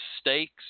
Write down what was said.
stakes